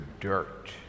Dirt